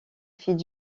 fille